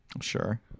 Sure